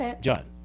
John